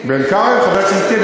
בעין-כרם, חבר הכנסת טיבי?